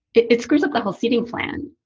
it it screws up the whole seating plan.